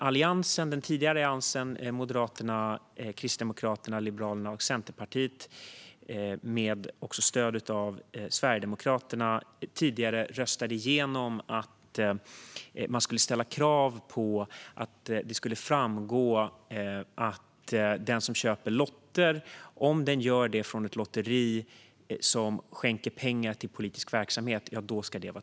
Alliansen, alltså Moderaterna, Kristdemokraterna, Liberalerna och Centerpartiet, röstade tidigare med stöd av Sverigedemokraterna igenom att det skulle ställas krav på att det ska framgå tydligt för den som köper lotter om lotteriet skänker pengar till politisk verksamhet.